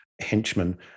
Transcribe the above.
henchmen